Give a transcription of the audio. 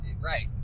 right